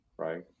right